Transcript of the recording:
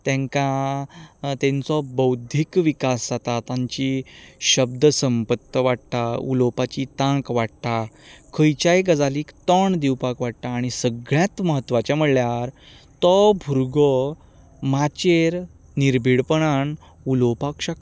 तेंकां तेंचो बौद्धीक विकास जाता तांची शब्द संपत्त वाडटा उलोवपाची तांक वाडटा खंयच्याय गजालीक तोंड दिवपाक वाडटा आनी सगळ्यांत म्हत्वाचें म्हणल्यार तो भुरगो माचयेर निर्भीडपणान उलोवपाक शकता